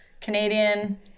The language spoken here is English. Canadian